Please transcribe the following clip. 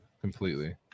completely